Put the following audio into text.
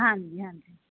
ਹਾਂਜੀ ਹਾਂਜੀ